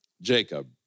Jacob